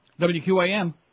WQAM